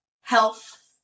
health